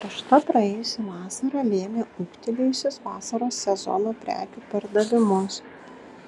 karšta praėjusi vasara lėmė ūgtelėjusius vasaros sezono prekių pardavimus